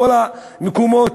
בכל המקומות,